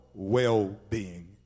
well-being